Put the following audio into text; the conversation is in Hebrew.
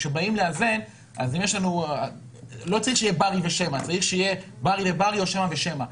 כשבאים לאזן לא צריך שיהיה ברי לשמא; צריך שיהיה ברי לברי או שמא לשמא.